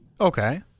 Okay